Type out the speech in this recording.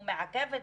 והוא מעכב את